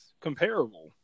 comparable